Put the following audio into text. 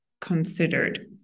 considered